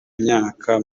imyaka